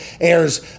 airs